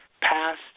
past